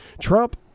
trump